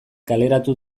kaleratu